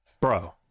bro